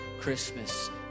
Christmas